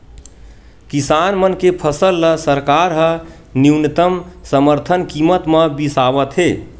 किसान मन के फसल ल सरकार ह न्यूनतम समरथन कीमत म बिसावत हे